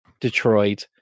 Detroit